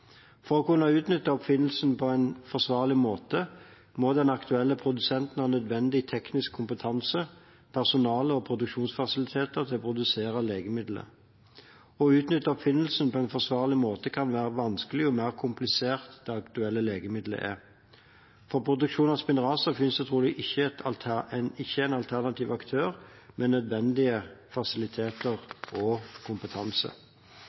For å kunne utnytte oppfinnelsen på en forsvarlig måte må den aktuelle produsenten ha nødvendig teknisk kompetanse, personale og produksjonsfasiliteter til å produsere legemiddelet. Å utnytte oppfinnelsen på en forsvarlig måte kan være vanskelig og mer komplisert der det aktuelle legemiddelet er. For produksjon av Spinraza finnes det trolig ikke en alternativ aktør med nødvendige fasiliteter og kompetanse.